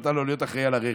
נתן לו להיות אחראי לרכב.